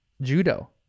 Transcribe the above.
Judo